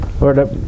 Lord